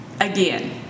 again